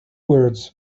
words